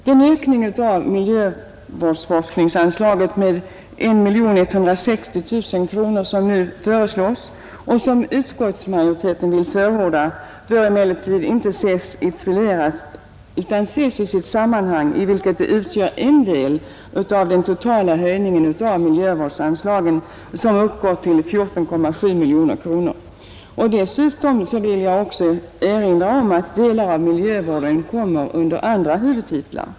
Den ökning av miljövårdsforskningsanslaget med 1 160 000 kronor som nu föreslås och som utskottsmajoriteten vill förorda bör emellertid inte ses isolerad utan ses i sitt sammanhang, i vilket den utgör en del av den totala höjningen av miljövårdsanslagen, som uppgår till 14,7 miljoner kronor. Dessutom vill jag erinra om att delar av miljövården kommer under andra huvudtitlar.